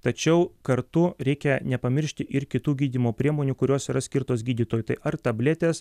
tačiau kartu reikia nepamiršti ir kitų gydymo priemonių kurios yra skirtos gydytojų tai ar tabletės